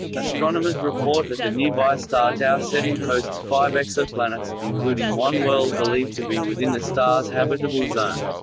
astronomers report that the nearby star tau ceti hosts five exoplanets, including one world believed to be within the star's habitable zone.